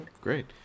Great